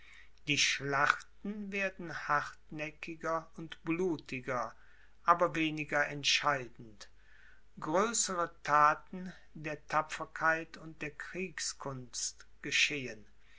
die schlachten werden hartnäckiger und blutiger aber weniger entscheidend größere thaten der tapferkeit und der kriegskunst geschehen